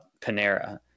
Panera